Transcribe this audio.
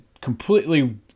completely